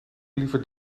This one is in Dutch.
liever